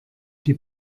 die